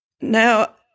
now